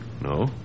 No